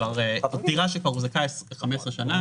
דירה שכבר הוחזקה 15 שנים,